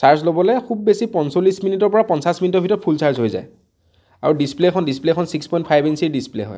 charge ল'বলৈ খুউব বেছি পঞ্চল্লিছ মিনিটৰপৰা পঞ্চাছ মিনিটৰ ভিতৰত ফুল চাৰ্জ হৈ যায় আৰু ডিচপ্লে'খন ডিচপ্লে'খন ছিক্স পইন্ট ফাইভ ইঞ্চিৰ ডিচপ্লে' হয়